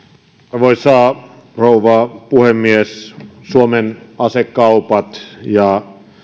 arvoisa rouva puhemies suomen asekaupat ja